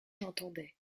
j’entendais